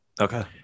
Okay